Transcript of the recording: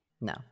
no